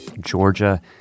Georgia